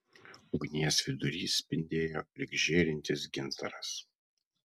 ugnies vidurys spindėjo lyg žėrintis gintaras